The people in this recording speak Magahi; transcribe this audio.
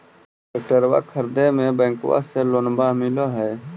ट्रैक्टरबा खरीदे मे बैंकबा से लोंबा मिल है?